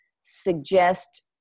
suggest